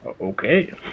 Okay